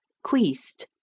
queest,